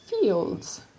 fields